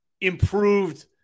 improved